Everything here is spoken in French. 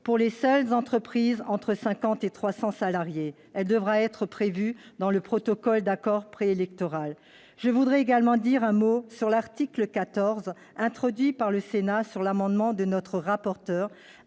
pour les seules entreprises employant entre 50 et 300 salariés. Cette dérogation devra être prévue dans le protocole d'accord préélectoral. Je veux également dire un mot de l'article 14, introduit au Sénat par un amendement de notre rapporteur